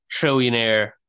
trillionaire